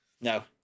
no